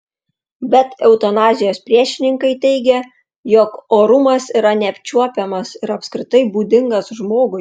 bet eutanazijos priešininkai teigia jog orumas yra neapčiuopiamas ir apskritai būdingas žmogui